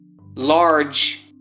large